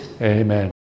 Amen